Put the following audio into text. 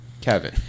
Kevin